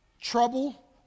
trouble